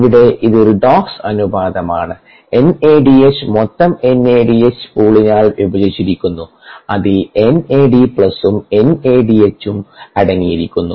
ഇവിടെ ഇത് റെഡോക്സ് അനുപാതമാണ് NADH മൊത്തം NADH പൂളിനാൽ വിഭജിച്ചിരിക്കുന്നു അതിൽ NADഉം NADH ഉം അടങ്ങിയിരിക്കുന്നു